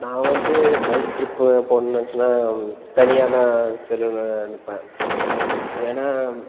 நான் வந்து bike trip போகணும்னு நினச்சன்னா தனியாக தான் செல்லணும்னு நினப்பேன் ஏன்னால்